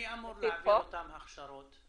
מי אמור להעביר אותן הכשרות?